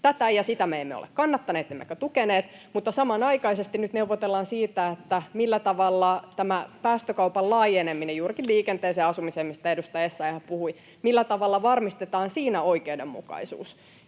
tätä, ja sitä me emme ole kannattaneet emmekä tukeneet, mutta samanaikaisesti nyt neuvotellaan siitä, millä tavalla tässä päästökaupan laajenemisessa juurikin liikenteeseen ja asumiseen, mistä edustaja Essayah puhui, varmistetaan oikeudenmukaisuus.